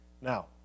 Now